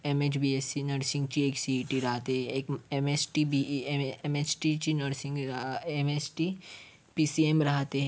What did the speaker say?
M H B SC nursing ची एक C E T राहते एक M H T B E M H टीची nursing M H T P C M राहते